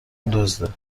دزده